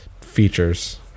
features